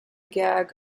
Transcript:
gag